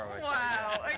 wow